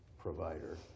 provider